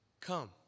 Come